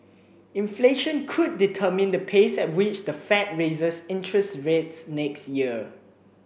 inflation could determine the pace at which the Fed raises interest rates next year